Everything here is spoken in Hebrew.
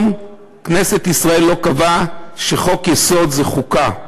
כנסת ישראל לא קבעה בשום מקום שחוק-יסוד זה חוקה,